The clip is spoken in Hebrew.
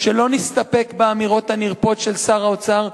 שלא נסתפק באמירות הנרפות של שר האוצר,